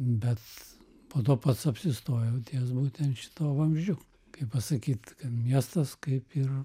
bet po to pats apsistojau ties būtent šituo vamzdžiu kaip pasakyt kad miestas kaip ir